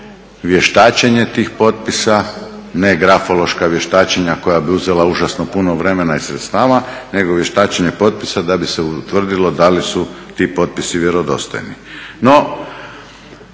vještačenje tih potpisa, ne grafološka vještačenja koja bi uzela užasno puno vremena i sredstava nego vještačenja potpisa da bi se utvrdilo da li su ti potpisi vjerodostojni.